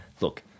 Look